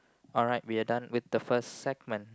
alright we are done with the first segment